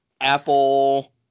Apple